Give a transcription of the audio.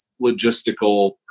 logistical